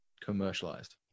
commercialized